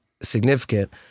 significant